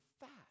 fact